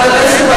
1 10,